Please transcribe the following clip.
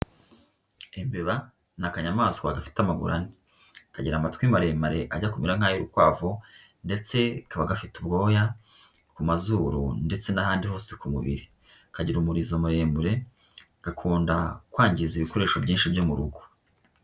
Imbeba n'akanyamaswa gafite amaguru ane. Kagira amatwi maremare ajya kumera nk'ay'urukwavu ndetse kaba gafite ubwoya ku mazuru ndetse n'ahandi hose ku mubiri, kagira umurizo muremure, gakunda kwangiza ibikoresho byinshi byo mu rugo.